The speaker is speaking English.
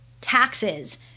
taxes